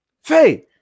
Faye